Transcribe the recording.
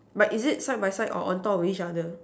but is it side by side or on top of each other